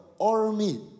army